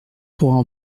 pourrait